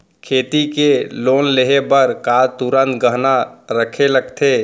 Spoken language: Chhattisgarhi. खेती के लोन लेहे बर का तुरंत गहना रखे लगथे?